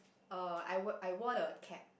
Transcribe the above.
uh I wear I wear the cap